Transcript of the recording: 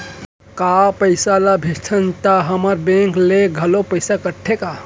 का पइसा ला भेजथन त हमर बैंक ले घलो पइसा कटथे का?